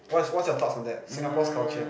what's what's your thoughts on that Singapore's culture